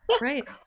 right